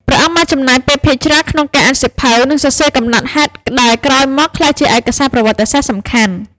ព្រះអង្គបានចំណាយពេលភាគច្រើនក្នុងការអានសៀវភៅ និងសរសេរកំណត់ហេតុដែលក្រោយមកក្លាយជាឯកសារប្រវត្តិសាស្ត្រសំខាន់។